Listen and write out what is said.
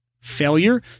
Failure